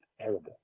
terrible